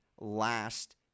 last